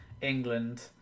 England